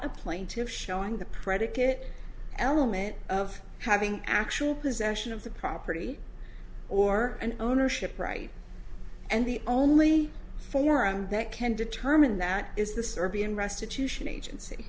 a plaintive showing the predicate element of having actual possession of the property or an ownership right and the only forum that can determine that is the serbian restitution agency